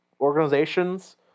organizations